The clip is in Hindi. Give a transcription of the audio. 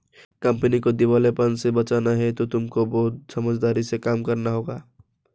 कंपनी को दिवालेपन से बचाने हेतु तुमको बहुत समझदारी से काम करना होगा